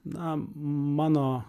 na mano